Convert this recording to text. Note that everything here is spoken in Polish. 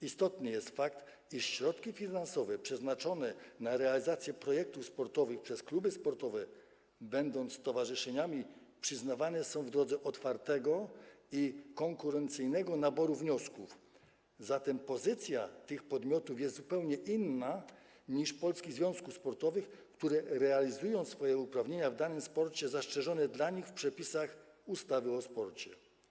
Istotny jest fakt, iż środki finansowe przeznaczone na realizację projektów sportowych przez kluby sportowe będące stowarzyszeniami przyznawane są w drodze otwartego i konkurencyjnego naboru wniosków, zatem pozycja tych podmiotów jest zupełnie inna niż polskich związków sportowych, które realizują swoje uprawnienia w danym sporcie zastrzeżone dla nich w przepisach ustawy o sporcie.